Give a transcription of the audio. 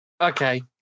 Okay